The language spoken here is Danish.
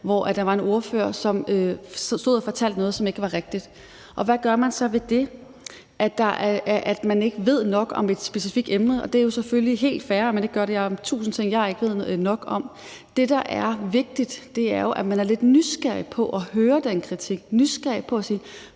hvor der var en ordfører, som stod og fortalte noget, som ikke var rigtigt. Hvad gør man så ved, at man ikke ved nok om et specifikt emne? Det er jo selvfølgelig helt fair, at man ikke gør det – der er tusind ting, jeg ikke ved nok om – men det, der er vigtigt, er jo, at man er lidt nysgerrig på at høre den kritik, nysgerrig på det og